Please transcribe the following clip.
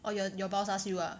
oh your your boss ask you ah